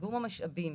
איגום המשאבים.